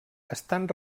estan